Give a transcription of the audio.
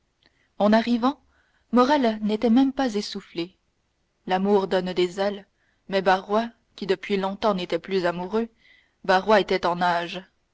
en arrivant morrel n'était pas même essoufflé l'amour donne des ailes mais barrois qui depuis longtemps n'était plus amoureux barrois était en nage